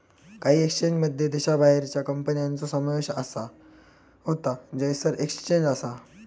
काही एक्सचेंजमध्ये देशाबाहेरच्या कंपन्यांचो समावेश होता जयसर एक्सचेंज असा